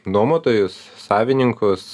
nuomotojus savininkus